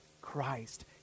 Christ